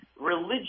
religion